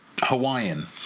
Hawaiian